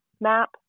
map